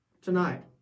tonight